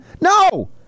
No